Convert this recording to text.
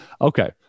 okay